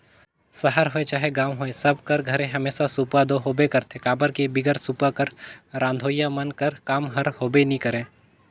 सहर होए चहे गाँव होए सब कर घरे हमेसा सूपा दो होबे करथे काबर कि बिगर सूपा कर रधोइया मन कर काम हर होबे नी करे